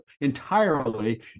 entirely